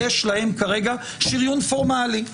יש כרגע שריון פורמלי.